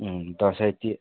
उम्म दसैँति